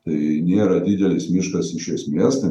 tai nėra didelis miškas iš esmės